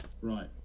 right